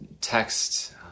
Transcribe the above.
text